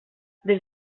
des